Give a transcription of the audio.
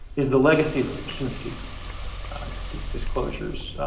is the legacy of impunity that these disclosures,